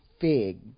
fig